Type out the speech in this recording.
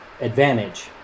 advantage